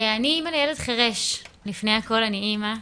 אני אימא לילד חירש, לפני הכל אני אימא,